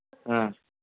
ꯑ